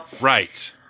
Right